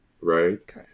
Right